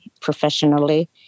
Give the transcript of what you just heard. professionally